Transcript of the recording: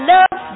Love